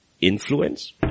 influence